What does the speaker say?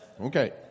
Okay